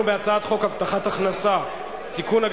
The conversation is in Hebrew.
--- אנחנו בהצעת חוק הבטחת הכנסה (תיקון,